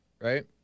right